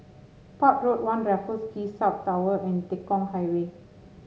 Port Road One Raffles Quay South Tower and Tekong Highway